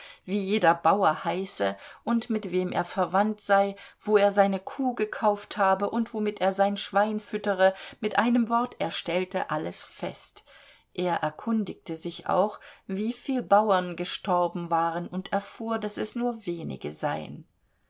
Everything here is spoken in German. wie jeder bauer heiße und mit wem er verwandt sei wo er seine kuh gekauft habe und womit er sein schwein füttere mit einem wort er stellte alles fest er erkundigte sich auch wieviel bauern gestorben waren und erfuhr daß es nur wenige seien